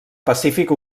pacífic